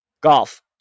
Golf